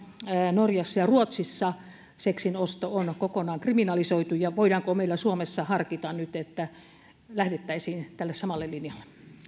norjassa ja ruotsissa seksin osto on kokonaan kriminalisoitu voidaanko meillä suomessa harkita nyt että lähdettäisiin tälle samalle linjalle